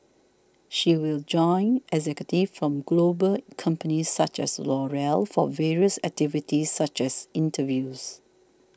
she will join executives from global companies such as L'Oreal for various activities such as interviews